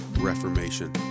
reformation